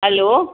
hello